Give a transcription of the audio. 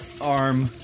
arm